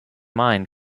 mind